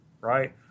right